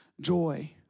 joy